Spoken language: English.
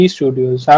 Studios